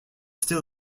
still